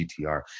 GTR